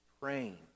praying